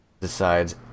decides